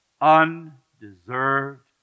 undeserved